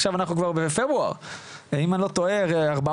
עכשיו אנחנו כבר בפברואר ואם אני לא טועה ההחלטה הזו